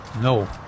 No